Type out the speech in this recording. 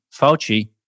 Fauci